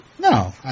No